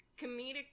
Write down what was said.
comedic